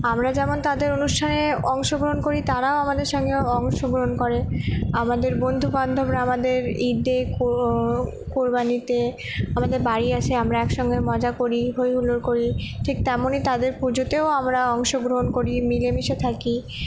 আমরা যেমন তাদের অনুষ্ঠানে অংশগ্রহণ করি তারাও আমাদের সঙ্গে অংশগ্রহণ করে আমাদের বন্ধুবান্ধবরা আমাদের ঈদে কুরবানিতে আমাদের বাড়ি আসে আমরা একসঙ্গে মজা করি হইহুল্লোড় করি ঠিক তেমনি তাদের পুজোতেও আমরা অংশগ্রহণ করি মিলেমিশে থাকি